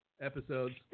episodes